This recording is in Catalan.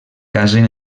casen